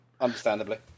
Understandably